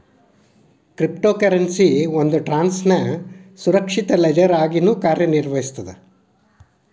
crypto currency ಒಂದ್ ಟ್ರಾನ್ಸ್ನ ಸುರಕ್ಷಿತ ಲೆಡ್ಜರ್ ಆಗಿನೂ ಕಾರ್ಯನಿರ್ವಹಿಸ್ತದ